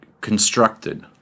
constructed